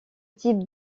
type